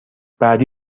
بعدی